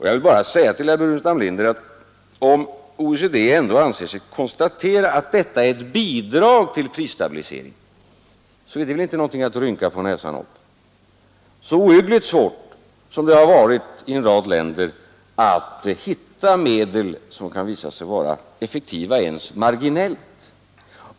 Jag vill bara säga till herr Burenstam Linder att om OECD ändå anser sig kunna konstatera att detta är ett bidrag till prisstabiliseringen så är det ingenting att rynka på näsan åt. Det har ju i en rad länder varit ohyggligt svårt att hitta medel som kan visa sig effektiva ens marginellt.